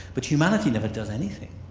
but humanity never does anything.